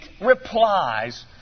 replies